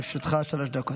לרשותך שלוש דקות.